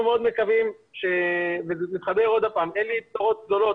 אנחנו מאוד מקווים ואין לי בשורות גדולות